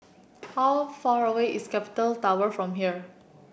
how far away is Capital Tower from here